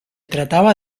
trataba